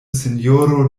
sinjoro